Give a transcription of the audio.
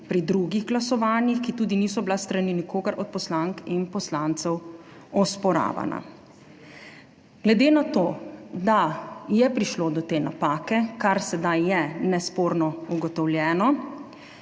pri drugih glasovanjih, ki tudi niso bila s strani nikogar od poslank in poslancev osporavana. Glede na to, da je prišlo do te napake, kar je sedaj nesporno ugotovljeno,